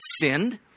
sinned